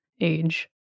age